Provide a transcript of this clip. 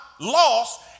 lost